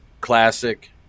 classic